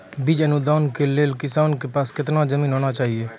बीज अनुदान के लेल किसानों के पास केतना जमीन होना चहियों?